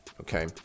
Okay